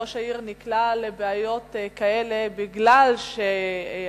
ראש העיר נקלע לבעיות כאלה מפני שהמקום